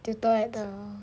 tutor at the